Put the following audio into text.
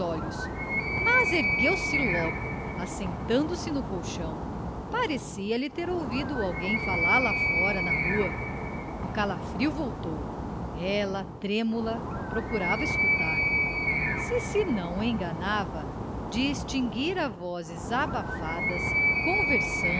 olhos mas ergueu-se logo assentando se no colchão parecia-lhe ter ouvido alguém falar lá fora na rua o calafrio voltou ela trêmula procurava escutar se se não enganava distinguira vozes abafadas conversando